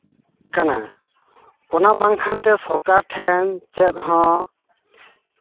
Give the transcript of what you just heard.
ᱠᱟᱱᱟ ᱚᱱᱟ ᱵᱟᱝᱠᱷᱟᱱ ᱛᱮ ᱥᱚᱨᱠᱟᱨ ᱴᱷᱮᱱ ᱪᱮᱫ ᱦᱚᱸ